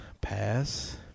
pass